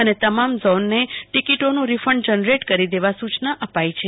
અને તમામ ઝોનને ટીકીટોનું રીફંડ જનરેટ કરી દેવા સુચના આપાઈ છે